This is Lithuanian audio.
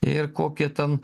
ir kokie ten